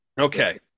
Okay